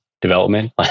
development